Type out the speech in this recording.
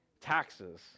taxes